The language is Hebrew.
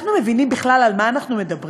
אנחנו מבינים בכלל על מה אנחנו מדברים?